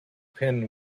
pin